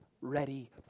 ready